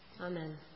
Amen